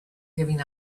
giving